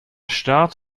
start